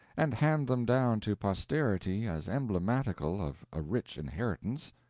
and hand them down to posterity as emblematical of a rich inheritance,